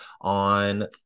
on